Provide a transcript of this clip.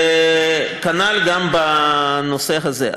וכנ"ל גם בנושא הזה.